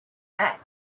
back